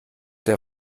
der